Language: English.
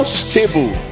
stable